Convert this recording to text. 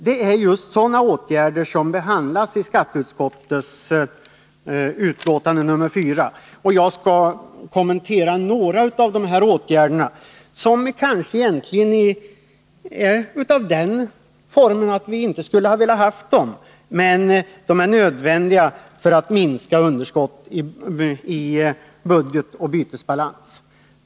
Det är just sådana åtgärder som behandlas i skatteutskottets betänkande nr 44, och jag skall kommentera några av dessa åtgärder, som kanske egentligen är av det slaget att vi inte skulle ha velat ha dem men som är nödvändiga för att minska underskotten i budgeten och bytesbalansen.